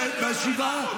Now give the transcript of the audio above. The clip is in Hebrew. היא אומרת לי: תשמע,